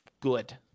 good